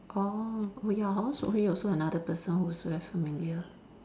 orh oh ya hor Seok Hui also another person who's very familiar